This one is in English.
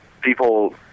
people